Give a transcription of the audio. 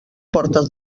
portes